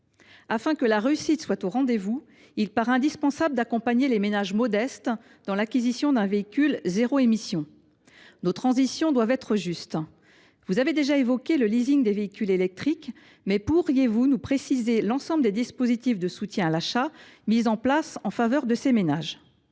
Afin que le succès soit au rendez vous, il paraît indispensable d’accompagner les ménages modestes dans l’acquisition d’un véhicule zéro émission. Monsieur le ministre, nos transitions doivent être justes. Vous avez déjà évoqué le des véhicules électriques : pourriez vous nous préciser les dispositifs de soutien à l’achat mis en place en faveur de ces ménages ?